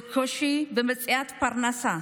בקושי במציאת פרנסה,